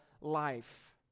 life